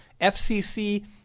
FCC